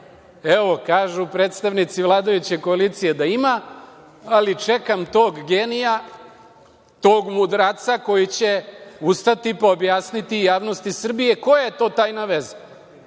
kažu predstavnici vladajuće koalicije da ima, ali čekam tog genija, tog mudraca koji će ustati pa objasniti javnosti Srbije koja je to tajna veza